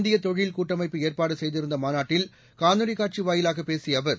இந்திய தொழில் கூட்டமைப்பு ஏற்பாடு செய்திருந்த மாநாட்டில் காணொலிக் காட்சி வாயிலாக பேசிய அவர்